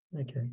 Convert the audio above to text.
Okay